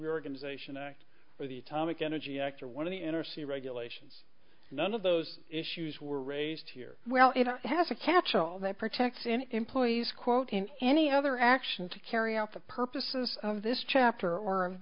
reorganization act or the atomic energy act or one of the n r c regulations none of those issues were raised here well it has a catch all that protects an employee's quote and any other action to carry out the purposes of this chapter or of